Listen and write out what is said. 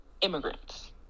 immigrants